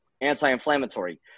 anti-inflammatory